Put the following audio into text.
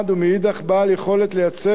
ומאידך גיסא יהיה בעל יכולת לייצג את